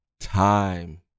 time